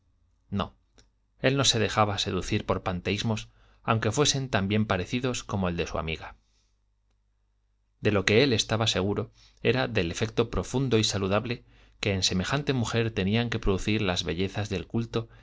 no él no se dejaba seducir por panteísmos aunque fuesen tan bien parecidos como el de su amiga de lo que él estaba seguro era del efecto profundo y saludable que en semejante mujer tenían que producir las bellezas del culto